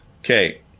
Okay